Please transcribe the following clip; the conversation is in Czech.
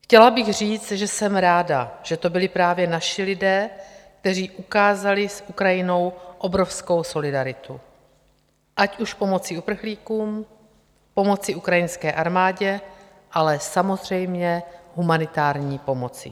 Chtěla bych říct, že jsem ráda, že to byli právě naši lidé, kteří ukázali s Ukrajinou obrovskou solidaritu, ať už pomocí uprchlíkům, pomocí ukrajinské armádě, ale samozřejmě humanitární pomocí.